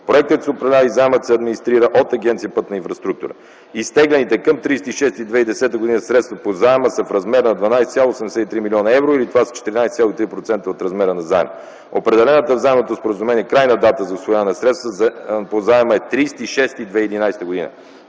Проектът се управлява и заемът се администрира от Агенция „Пътна инфраструктура”. Изтеглените към 30 юни 2010 г. средства по заема са в размер на 12,73 млн. евро., или това са 14,3% от размера на заема. Определената в Заемното споразумение крайна дата за усвояване на средствата по заема е 30 юни 2011 г.